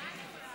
מה נעולה?